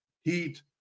Heat